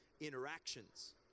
interactions